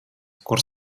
kur